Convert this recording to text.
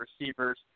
receivers